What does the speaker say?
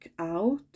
out